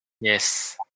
Yes